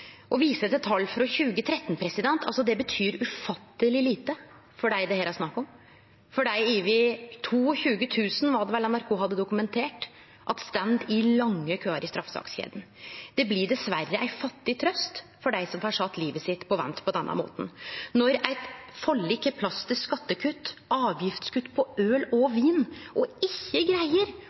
Å vise til tal frå 2013 betyr ufatteleg lite for dei det her er snakk om, for dei over 22 000 – var det vel – som NRK har dokumentert står i lange køar i straffesakskjeda. Det blir dessverre ei fattig trøyst for dei som får livet sitt sett på vent på denne måten. Når eit forlik har plass til skattekutt, avgiftskutt på øl og vin – og ikkje greier